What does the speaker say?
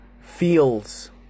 feels